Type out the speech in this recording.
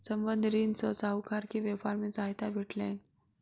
संबंद्ध ऋण सॅ साहूकार के व्यापार मे सहायता भेटलैन